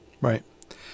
Right